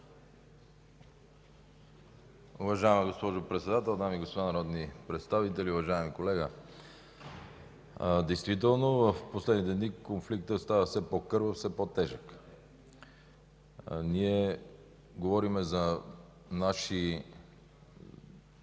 Уважаема госпожо Председател, дами и господа народни представители! Уважаеми колега, действително в последните дни конфликтът стана все по-кървав и по-тежък. Ние говорим за лица